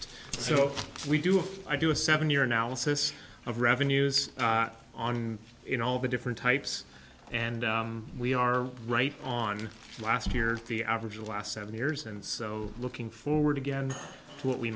so we do i do a seven year analysis of revenues on in all the different types and we are right on last year the average of last seven years and so looking forward again to what we